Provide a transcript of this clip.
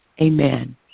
amen